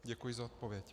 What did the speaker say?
Děkuji za odpověď.